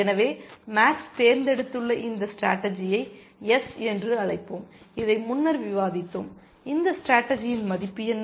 எனவே மேக்ஸ் தேர்ந்தெடுத்துள்ள இந்த ஸ்டேடர்ஜியை எஸ் என்று அழைப்போம் இதை முன்னர் விவாதித்தோம் இந்த ஸ்டேடர்ஜியின் மதிப்பு என்ன